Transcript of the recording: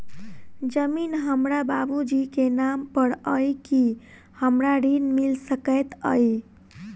जमीन हमरा बाबूजी केँ नाम पर अई की हमरा ऋण मिल सकैत अई?